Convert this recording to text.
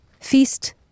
feast